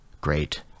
Great